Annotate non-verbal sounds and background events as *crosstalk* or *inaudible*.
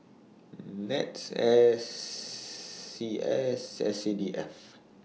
Nets S *noise* CS S C D F